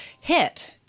hit